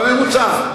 בממוצע.